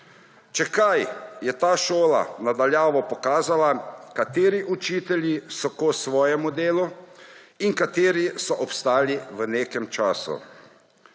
Če kaj, je ta šola na daljavo pokazala, kateri učitelji so kos svojemu delu in kateri so obstali v nekem času.